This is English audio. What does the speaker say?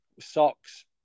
socks